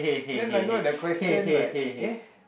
then I look at the question like eh